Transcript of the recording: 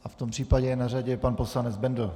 A v tom případě je na řadě pan poslanec Bendl.